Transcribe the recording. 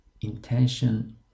intention